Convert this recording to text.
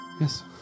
Yes